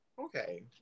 Okay